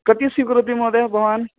कति स्वीकरोति महोदय भवान्